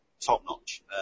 top-notch